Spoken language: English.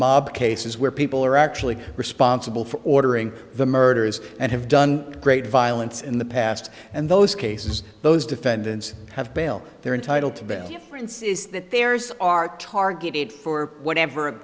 mob cases where people are actually responsible for ordering the murders and have done great violence in the past and those cases those defendants have bail they're entitled to been difference is that there's are targeted for whatever